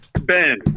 Ben